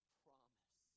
promise